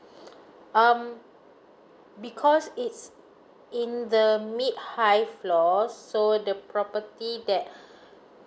um because it's in the mid high floor so the property that